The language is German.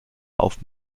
auf